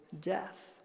death